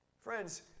Friends